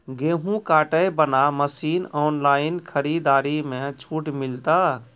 गेहूँ काटे बना मसीन ऑनलाइन खरीदारी मे छूट मिलता?